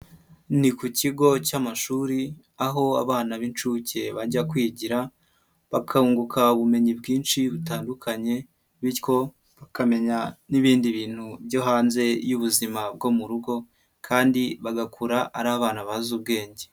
Ni ku kigo cy'amashuri aho abana b'inshuke bajya kwigira, bakunguka ubumenyi bwinshi butandukanye bityo bakamenya n'ibindi bintu byo hanze y'ubuzima bwo mu rugo kandi bagakura ari abana bazi ubwenge.